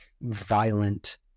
violent